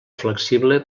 flexible